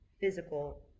physical